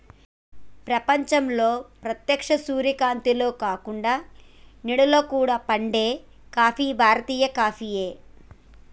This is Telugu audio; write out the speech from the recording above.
ప్రపంచంలో ప్రేత్యక్ష సూర్యకాంతిలో కాకుండ నీడలో కూడా పండే కాఫీ భారతీయ కాఫీయే